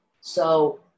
So-